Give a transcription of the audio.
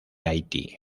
haití